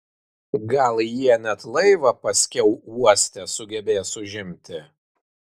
gal jie net laivą paskiau uoste sugebės užimti